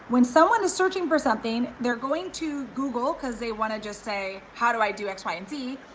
when someone is searching for something, they're going to google, cause they wanna just say, how do i do x, y, and z,